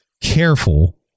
careful